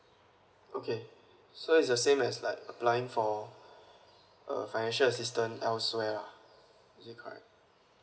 okay so it's the same as like applying for uh financial assistance elsewhere lah is it correct